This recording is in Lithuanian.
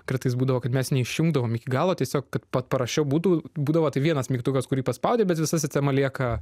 kartais būdavo kad mes neišjungdavome ik galo tiesiog kad parašiau būtų būdavo vienas mygtukas kurį paspaudi bet visa sistema lieka